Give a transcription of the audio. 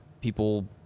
people